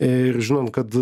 ir žinant kad